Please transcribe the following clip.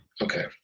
Okay